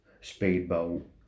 speedboat